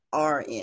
RN